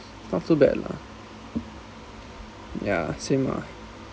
not too bad lah ya same lah